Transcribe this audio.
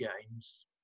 games